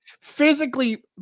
physically